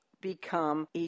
become